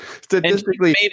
Statistically